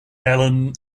island